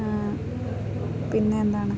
പിന്നെ എന്താണ്